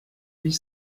huit